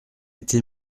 été